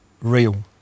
real